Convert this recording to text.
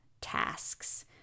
tasks